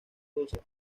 rusia